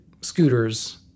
scooters